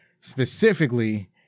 Specifically